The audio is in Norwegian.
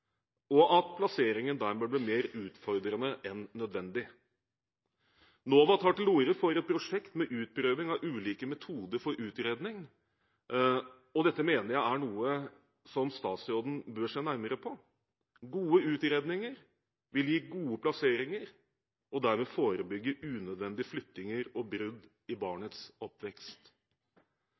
og at plasseringen dermed ble mer utfordrende enn nødvendig. NOVA tar til orde for et prosjekt med utprøving av ulike metoder for utredning, og dette mener jeg er noe som statsråden bør se nærmere på. Gode utredninger vil gi gode plasseringer og dermed forebygge unødvendige flyttinger og brudd i barnets oppvekst.